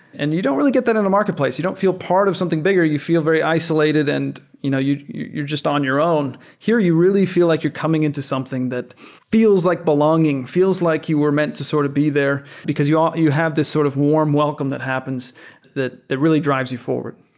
and you don't really get that in a marketplace. you don't feel part of something bigger. you feel very isolated and you know you're just on your own. here, you really feel like you're coming into something that feels like belonging, feels like you were meant to sort of be there because you ah you have this sort of warm welcome that happens that that really drives you forward.